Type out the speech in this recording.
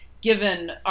given